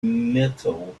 metal